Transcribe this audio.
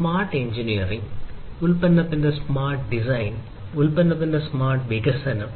smart engineering ഉൽപ്പന്നത്തിന്റെ smart വികസനം